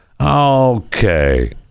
Okay